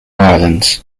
islands